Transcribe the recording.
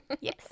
Yes